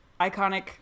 iconic